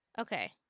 Okay